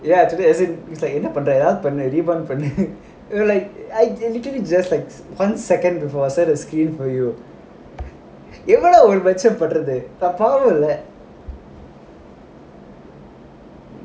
ya today it it's என்ன பண்ற:enna pandra I literally just takes one second I send a screen for you என்னடா:ennadaa நான் பாவம்ல:naan paavamla